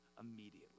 immediately